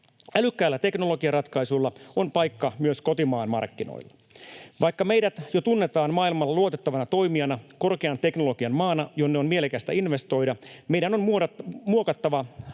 Älykkäillä teknologiaratkaisuilla on paikka myös kotimaan markkinoilla. Vaikka meidät jo tunnetaan maailmalla luotettavana toimijana, korkean teknologian maana, jonne on mielekästä investoida, meidän on muokattava